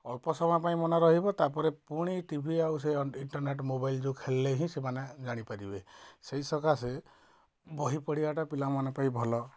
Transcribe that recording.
ଅଳ୍ପ ସମୟ ପାଇଁ ମନେ ରହିବ ତାପରେ ପୁଣି ଟି ଭି ଆଉ ସେ ଇଣ୍ଟରନେଟ ମୋବାଇଲ ଯେଉଁ ଖେଲିଲେ ହିଁ ସେମାନେ ଜାଣିପାରିବେ ସେଇ ସକାଶେ ବହି ପଢ଼ିବା ଟା ପିଲା ମାନଙ୍କ ପାଇଁ ଭଲ